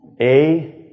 A-